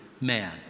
man